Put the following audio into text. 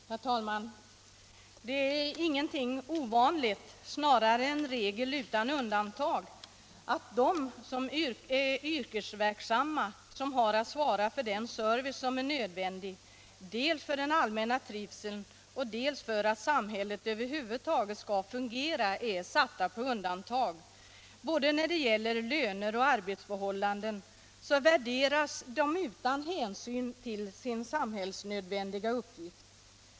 Herr talman! Det är ingenting ovanligt, snarare en ”regel utan undantag”, att de yrkesverksamma som har att svara för den service som är nödvändig dels för den allmänna trivseln, dels för att samhället över huvud taget skall fungera är satta på undantag. Både när det gäller löner och när det gäller arbetsförhållanden värderas de utan hänsyn till sin samhällsnödvändiga uppgift.